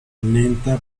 lenta